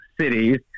cities